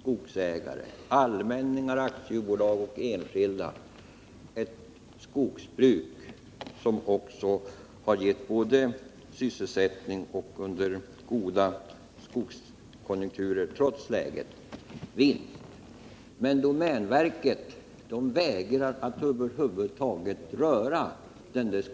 skogsägare — allmänningar, aktiebolag och enskilda — ett skogsbruk som har gett både sysselsättning och, under goda skogskonjunkturer, vinst. Men domänverket vägrar att över huvud taget röra skogen där.